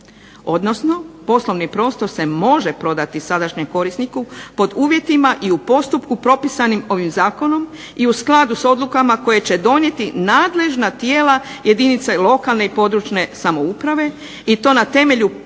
odnosno poslovni prostor se može prodati sadašnjem korisniku pod uvjetima i u postupku propisanim ovim zakonom i u skladu s odlukama koje će donijeti nadležna tijela jedinica lokalne i područne samouprave i to na temelju popisa